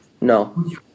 no